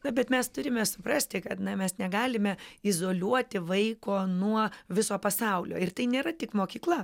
na bet mes turime suprasti kad na mes negalime izoliuoti vaiko nuo viso pasaulio ir tai nėra tik mokykla